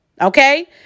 okay